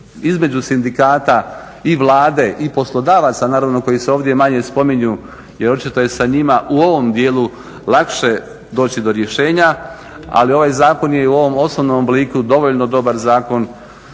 između sindikata i Vlade i poslodavaca naravno koji se ovdje manje spominju jer očito je sa njima u ovom dijelu lakše doći do rješenja, ali ovaj Zakon je i u ovom osobnom obliku dovoljno dobar zakon.